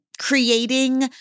creating